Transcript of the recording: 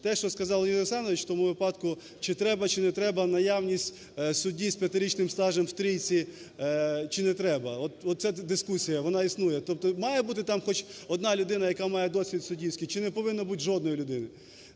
Те, що сказав Леонід Олександрович, в тому випадку чи треба, чи не треба наявність судді з п'ятирічним стажем в трійці чи не треба? От це дискусія і вона існує. Тобто має бути там хоч одна людина, яка має досвід суддівський чи не повинно бути жодної людини?